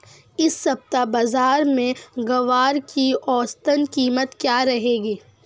इस सप्ताह बाज़ार में ग्वार की औसतन कीमत क्या रहेगी?